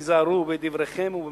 היזהרו בדבריכם ובמעשיכם.